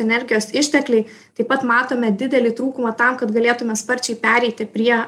energijos ištekliai taip pat matome didelį trūkumą tam kad galėtume sparčiai pereiti prie